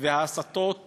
וההסתות